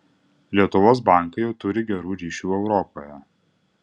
lietuvos bankai jau turi gerų ryšių europoje